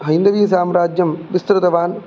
हैन्दवीसाम्राज्यं विस्तृतवान्